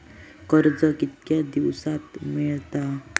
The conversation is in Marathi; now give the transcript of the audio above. कर्ज कितक्या दिवसात मेळता?